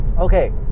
Okay